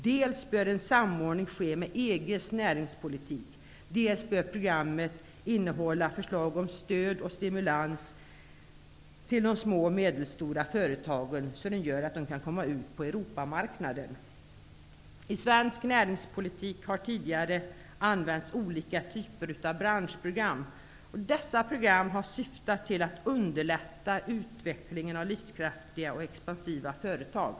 Dels bör en samordning ske med EG:s näringspolitik, dels bör programmet innehålla förslag om stöd och stimulans till de små och medelstora företagen. Det skulle innebära att de kan komma ut på I svensk näringspolitik har det tidigare använts olika typer av branschprogram. Dessa program har syftat till att underlätta utvecklingen av livskraftiga och expansiva företag.